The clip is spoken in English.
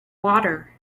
water